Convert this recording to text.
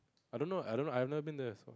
I don't know I don't know I have not been this